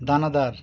দানাদার